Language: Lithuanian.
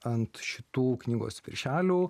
ant šitų knygos viršelių